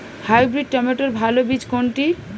Hybrid টমেটোর ভালো বীজ কোনটি?